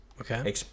Okay